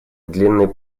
длинный